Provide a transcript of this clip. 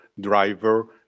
driver